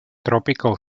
tropical